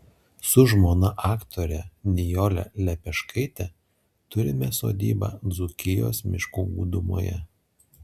su žmona aktore nijole lepeškaite turime sodybą dzūkijos miškų gūdumoje